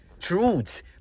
Truths